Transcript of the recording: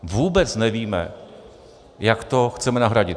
Vůbec nevíme, jak to chceme nahradit.